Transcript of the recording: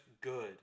good